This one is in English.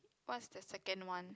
what's the second one